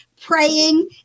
praying